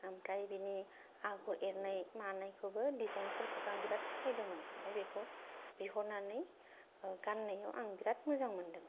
ओमफ्राय बेनि आगर एरनाय मानायखौबो डिजाइनफोरखौबो आं बिराद फसायदोंमोन आमफ्राय बेखौ बिहरनानै गान्नायाव बिराद मोजां मोन्दों